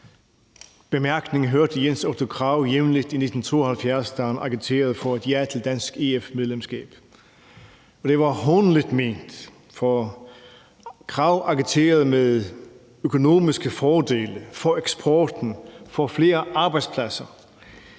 bemærkning hørte Jens Otto Krag jævnligt i 1972, da han agiterede for et ja til dansk EF-medlemskab, og det var hånligt ment. For Krag agiterede med argumenter om økonomiske fordele for eksporten og flere arbejdspladser.